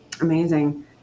Amazing